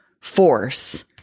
force